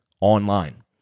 online